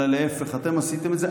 אלא להפך, אתם עשיתם את זה.